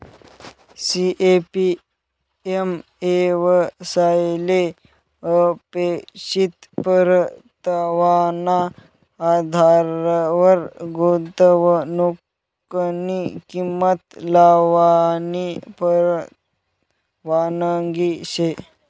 CAPM येवसायले अपेक्षित परतावाना आधारवर गुंतवनुकनी किंमत लावानी परवानगी शे